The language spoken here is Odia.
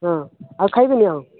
ହଁ ଆଉ ଖାଇବେନି ଆଉ